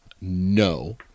no